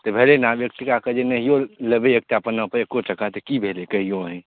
तऽ भेलै ने आब एक टका कऽ जऽ नहियो लेबै एक टा पन्ना पऽ एको टका तऽ की भेलै कहियौ अहींँ